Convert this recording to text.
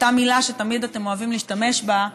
אותה מילה שתמיד אתם אוהבים להשתמש בה,